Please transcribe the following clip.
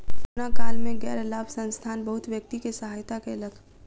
corona काल में गैर लाभ संस्थान बहुत व्यक्ति के सहायता कयलक